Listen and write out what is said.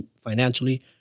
financially